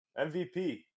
MVP